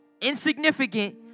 insignificant